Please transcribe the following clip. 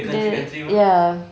the ya